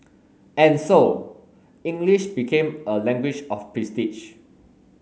and so English became a language of prestige